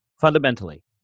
fundamentally